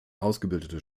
ausgebildete